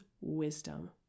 wisdom